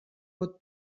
pot